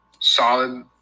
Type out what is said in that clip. solid